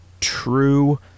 true